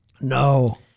no